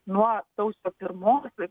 nuo sausio pirmosios